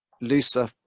looser